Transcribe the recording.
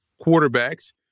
quarterbacks